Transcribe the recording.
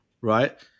right